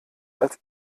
als